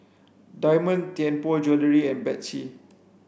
Diamond Tianpo Jewellery and Betsy